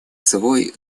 свой